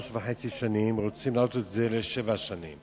שנים וחצי ורוצים להעלות את זה לשבע שנים,